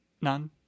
None